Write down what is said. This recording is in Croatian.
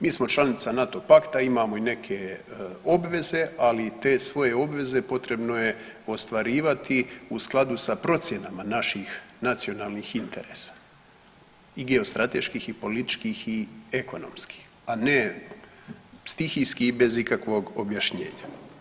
Mi smo članica NATO pakta i imamo i neke obveze, ali i te svoje obveze potrebno je ostvarivati u skladu sa procjenama naših nacionalnih interesa i geostrateških i političkih i ekonomskih, a ne stihijski i bez ikakvog objašnjenja.